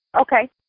Okay